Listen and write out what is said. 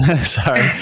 sorry